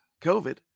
COVID